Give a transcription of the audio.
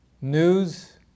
news